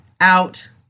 out